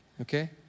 Okay